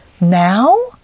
now